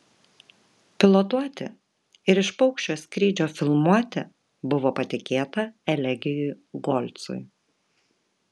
pilotuoti ir iš paukščio skrydžio filmuoti buvo patikėta elegijui golcui